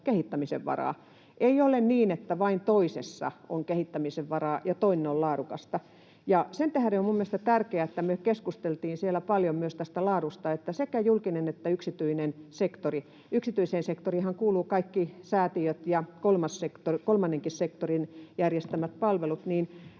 kehittämisen varaa. Ei ole niin, että vain toisessa on kehittämisen varaa ja toinen on laadukasta. Sen tähden on mielestäni tärkeää, että me keskusteltiin siellä paljon myös laadusta ja siitä, että sekä julkisella että yksityisellä sektorilla — yksityiseen sektoriinhan kuuluvat kaikki säätiöiden ja muun kolmannen sektorin järjestämät palvelut — on